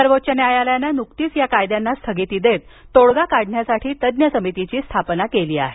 सर्वोच्च न्यायालयाने नुकतीच या कायद्यांना स्थगिती देत तोडगा काढण्यासाठी तज्ज्ञ समितीची स्थापना केली आहे